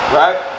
right